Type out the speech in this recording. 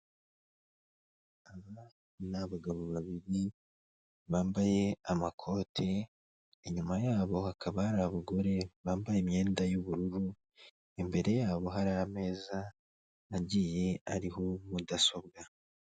Aba ni abagabo babiri bambaye amakoti, inyuma yabo hakaba hari abagore bambaye imyenda y'ubururu, imbere yabo hari ameza agiye ariho mudasobwa.